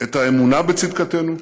את האמונה בצדקתנו,